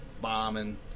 bombing